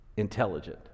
intelligent